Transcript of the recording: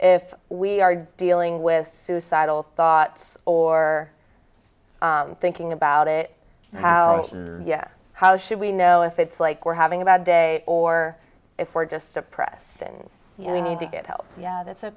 if we are dealing with suicidal thoughts or thinking about it how yes how should we know if it's like we're having a bad day or if we're just depressed and you need to get help yeah that's a